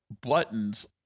buttons